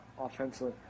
offensively